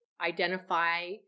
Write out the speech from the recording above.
identify